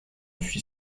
suis